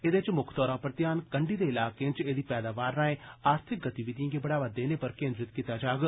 एह्दे च मुक्ख तौरा पर ध्यान कंडी दे इलाके च एह्दी पैदावार राए आर्थिक गतिविधिएं गी बढ़ावा देने पर केंद्रित कीता जाग